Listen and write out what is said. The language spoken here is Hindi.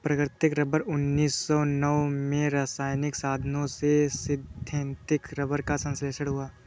प्राकृतिक रबर उन्नीस सौ नौ में रासायनिक साधनों से सिंथेटिक रबर का संश्लेषण हुआ